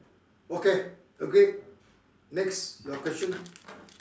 okay agreed next your question